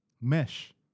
mesh